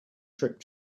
trip